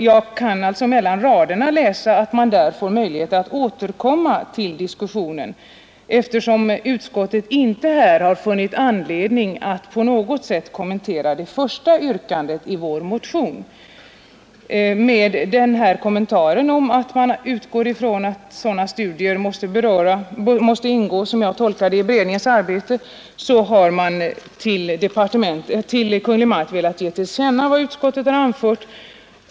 Jag kan mellan raderna utläsa att det ges möjlighet att återkomma till denna diskussion vid behandlingen av propositionen 75, särskilt med tanke på att utskottet i detta betänkande inte funnit anledning att på något sätt kommentera det första yrkandet i vår motion. Med kommentaren om att man utgår ifrån att studier om civilt motstånd måste samordnas och, som jag tolkar det, ingå i beredningens arbete har man för Kungl. Maj:t velat ge till känna vad utskottet anfört.